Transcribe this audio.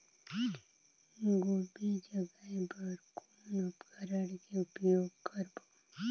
गोभी जगाय बर कौन उपकरण के उपयोग करबो?